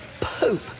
poop